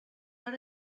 per